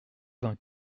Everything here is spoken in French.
vingt